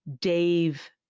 Dave